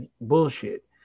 bullshit